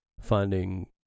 finding